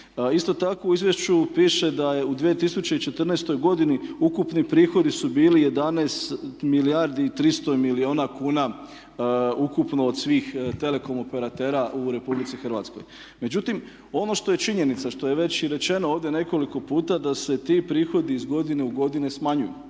Isto tako, u izvješću piše da je u 2014. godini ukupni prihodi su bili 11 milijardi i 300 milijuna kuna ukupno od svih telekom operatera u Republici Hrvatskoj. Međutim, ono što je činjenica, što je već i rečeno ovdje nekoliko puta da se ti prihodi iz godine u godinu smanjuju.